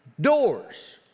doors